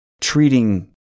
treating